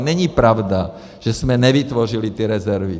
Není pravda, že jsme nevytvořili ty rezervy.